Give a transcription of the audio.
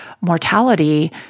mortality